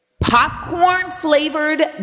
popcorn-flavored